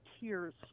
tears